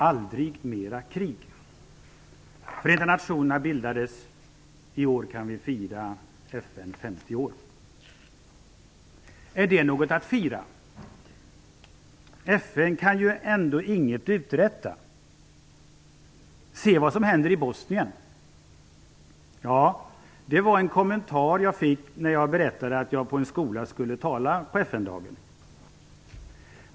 Aldrig mera krig. Förenta nationerna bildades. I år kan vi fira FN 50 år. "Är det något att fira? FN kan ju ändå inget uträtta. Se vad som händer i Bosnien." Ja, det var en kommentar jag fick när jag berättade att jag skulle tala på en skola på FN-dagen.